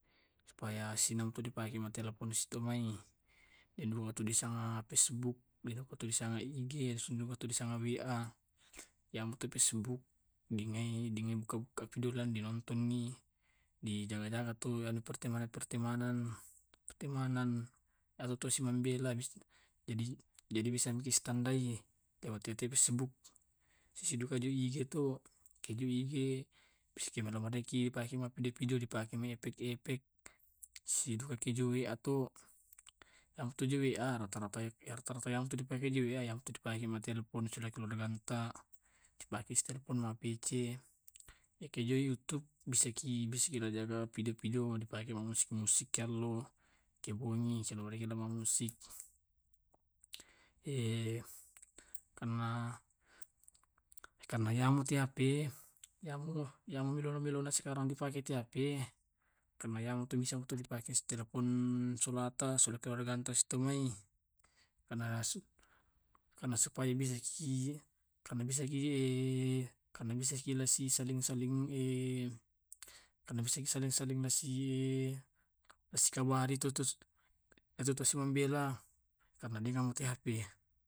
Iyake manurutku to itu hp pantingi untuk dimilikikong. menurutku to penting. Alasanna to kebutuhan sebagai perkembangan zaman. Manfaat tu penggunaan hp menunjang pekerjaan untuk ribantukangan informasi manummi, sebagai alat komunikasi duka, sebagai alat ejalalliki sesuatu. iyato aplikasi sanging kubungka to dihp ku to instagram silong youtube.